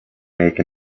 make